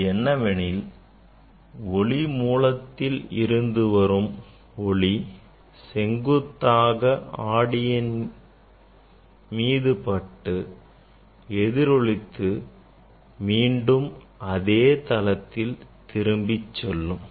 அது என்னவெனில் ஒளி மூலத்தில் இருநது வரும் ஒளி செங்குத்தாக ஆடியின் மீது பட்டு எதிரொளித்து மீண்டும் அதே தடத்தில் திரும்பி செல்லும்